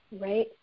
Right